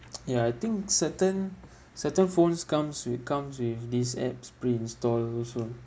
ya I think certain certain phones comes with comes with these apps pre-installed also